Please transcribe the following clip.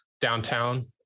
downtown